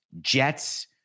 Jets